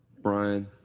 Brian